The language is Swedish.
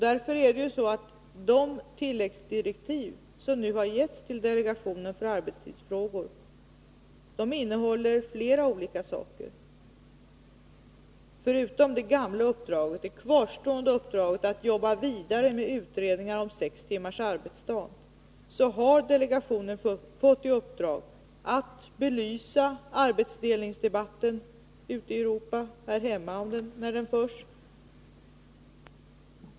Därför innehåller de tilläggsdirektiv som nu har getts till delegationen för arbetstidsfrågor flera olika saker. Förutom det gamla och kvarstående uppdraget att jobba vidare med utredningar om sex timmars arbetsdag har delegationen fått i uppdrag att belysa debatten om arbetsdelning, ute i Europa och här hemma.